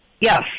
Yes